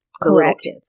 Correct